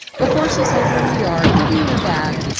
the horse is over in the yard. give me your bag.